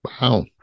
Wow